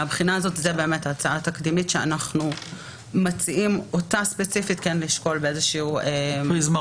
זו באמת הצעה תקדימית שאנחנו מציעים לשקול אותה